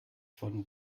von